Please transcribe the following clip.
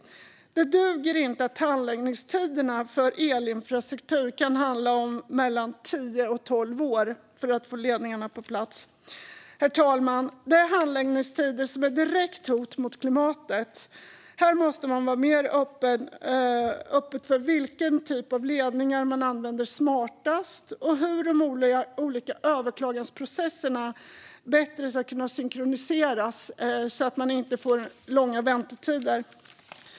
Det duger inte att handläggningstiderna för elinfrastruktur kan vara mellan tio och tolv år för att få ledningarna på plats. Det är handläggningstiderna som är direkta hot mot klimatet. Här måste man vara mer öppen för vilken typ av ledningar man använder smartast och hur de olika överklagansprocesserna bättre ska kunna synkroniseras, så att man inte får långa väntetider.